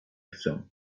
chcę